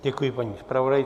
Děkuji paní zpravodajce.